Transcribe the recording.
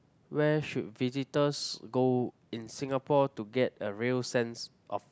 where should visitors go in Singapore to get a real sense of